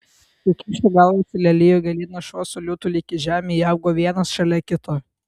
sukišę galvas į lelijų gėlyną šuo su liūtu lyg į žemę įaugo vienas šalia kito